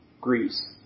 Greece